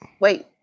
wait